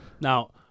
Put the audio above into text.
Now-